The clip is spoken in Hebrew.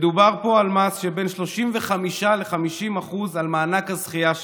מדובר פה על מס שבין 35% ל-50% על מענק הזכייה שלהם,